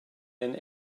and